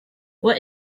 what